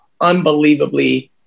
unbelievably